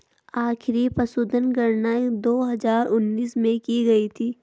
आखिरी पशुधन गणना दो हजार उन्नीस में की गयी थी